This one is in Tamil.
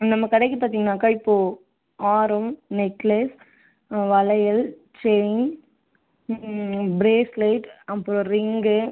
நம்ம கடைக்கு பார்த்திங்கனாக்கா இப்போது ஆரம் நெக்லெஸ் வளையல் செயின் ப்ரேஸ்லெட் அப்றம் ரிங்கு